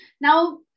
Now